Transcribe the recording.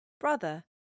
Brother